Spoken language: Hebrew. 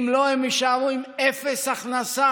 אם לא, הם יישארו עם אפס הכנסה.